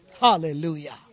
Hallelujah